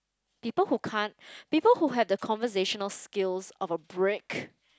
people who can't people who have the conversational skills of a brick